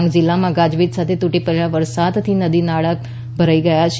ડાંગ જિલ્લામાં ગાજવીજ સાથે તૂટી પડેલા વરસાદથી નદીનાળા ગયા છે